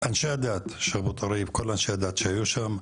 כל אנשי הדת שהיו שם,